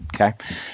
Okay